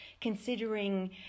considering